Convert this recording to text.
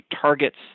targets